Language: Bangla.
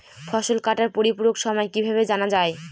ফসল কাটার পরিপূরক সময় কিভাবে জানা যায়?